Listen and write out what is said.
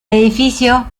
edificio